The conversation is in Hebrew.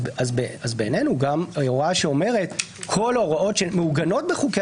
אז בעינינו הוראה שאומרת שכל ההוראות שמעוגנות בחוקי